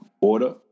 order